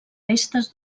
restes